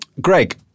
Greg